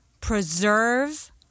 Preserve